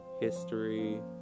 history